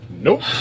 Nope